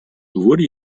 wurde